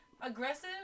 aggressive